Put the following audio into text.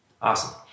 Awesome